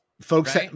Folks